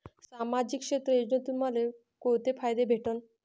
सामाजिक क्षेत्र योजनेतून मले कोंते फायदे भेटन?